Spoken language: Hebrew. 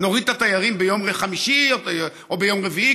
נוריד את התיירים ביום חמישי או ביום רביעי,